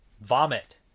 vomit